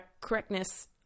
correctness